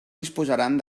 disposaran